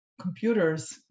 computers